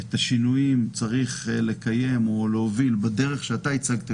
את השינויים צריך לקיים או להוביל בדרך שאתה הצגת,